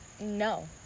No